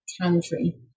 country